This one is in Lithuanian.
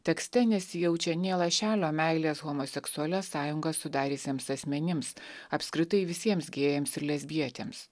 tekste nesijaučia nė lašelio meilės homoseksualias sąjungas sudariusiems asmenims apskritai visiems gėjams ir lesbietėms